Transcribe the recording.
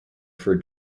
for